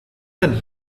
zen